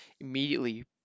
immediately